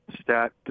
stat